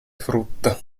frutta